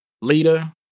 leader